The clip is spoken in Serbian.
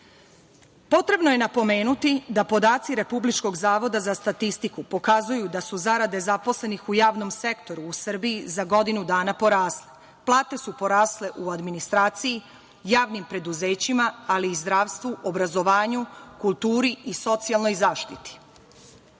zakona. Potrebno je napomenuti da podaci Republičkog zavoda za statistiku pokazuju da su zarade zaposlenih u javnom sektoru u Srbiji za godinu dana porasle. Plate su porasle u administraciji, javnim preduzećima, ali i zdravstvu, obrazovanju, kulturu i socijalnoj